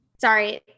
sorry